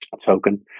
token